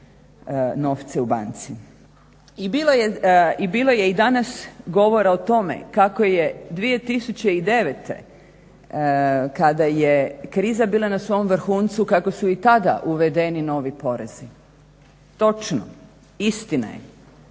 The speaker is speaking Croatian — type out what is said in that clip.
I bilo je i danas govora o tome kako je 2009. kada je kriza bila na svom vrhuncu kako su i tada uvedeni novi porezi. Točno, istina je